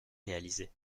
réalisés